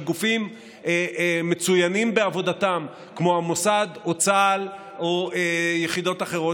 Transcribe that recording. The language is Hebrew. של גופים מצוינים בעבודתם כמו המוסד או צה"ל או יחידות אחרות,